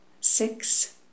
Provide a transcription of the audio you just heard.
six